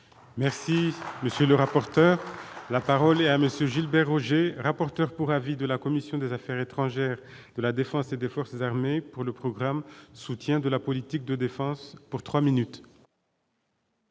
Merci, monsieur le rapporteur. La parole est à monsieur Gilbert Roger, rapporteur pour avis de la commission des Affaires étrangères de la Défense et des forces armées pour le programme de soutien de la politique de défense pour 3 minutes.